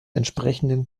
entsprechenden